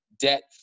debt